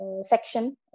section